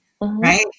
right